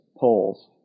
polls